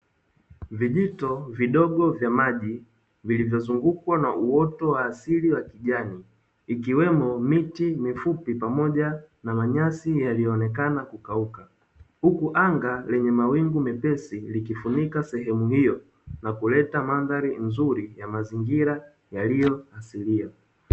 Vijito vidogo vya maji vilivyo zungukwa na uoto wa asili wa kijani ikiwemo miti mifupi pamoja na manyasi yaliyo onekana kukauka, huku anga lenye mawingu mepesi likifunika sehemu hiyo na kuleta mandhari nzuri ya mazingira yaliyo asilia.